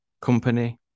company